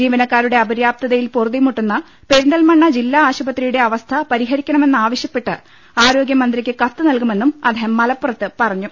ജീവനക്കാരുടെ അപര്യാപ്തതയിൽ പൊറുതിമുട്ടുന്ന പെരിന്തൽമണ്ണ ജില്ലാ ആശുപത്രിയുടെ അവസ്ഥ പരിഹരിക്കണ മെന്ന് ആവശ്യപ്പെട്ട് ആരോഗ്യ മന്ത്രിയ്ക്ക് കത്ത് നൽകുമെന്നും അദ്ദേഹം മലപ്പുറത്ത് പറഞ്ഞു